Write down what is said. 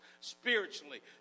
spiritually